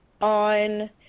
on